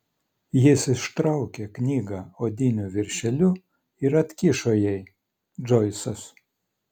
jis ištraukė knygą odiniu viršeliu ir atkišo jai džoisas